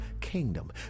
kingdom